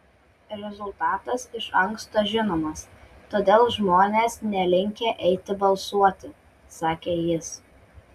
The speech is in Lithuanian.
rezultatas iš anksto žinomas todėl žmonės nelinkę eiti balsuoti sakė jis